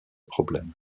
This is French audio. problème